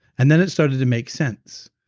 and then it started to make sense.